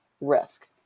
risk